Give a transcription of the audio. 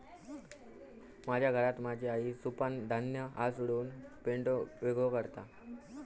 माझ्या घरात माझी आई सुपानं धान्य हासडून पेंढो वेगळो करता